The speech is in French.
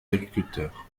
agriculteurs